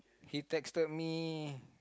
he texted me